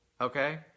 okay